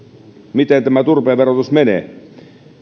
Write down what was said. miten tämä turpeen verotus menee